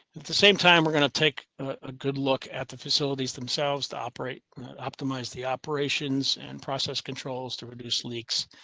the same time, we're going to take a good look at the facilities themselves to operate optimize the operations and process controls to reduce leaks